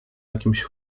jakimś